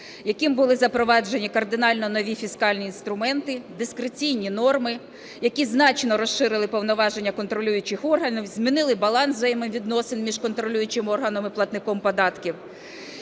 яким були запроваджені кардинально нові фіскальні інструменти, дискреційні норми, які значно розширили повноваження контролюючих органів, змінили баланс взаємовідносин між контролюючим органам і платником податків.